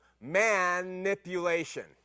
manipulation